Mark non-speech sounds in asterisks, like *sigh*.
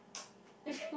*noise* actually